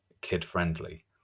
kid-friendly